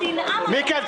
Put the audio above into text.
אין מילים.